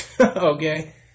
Okay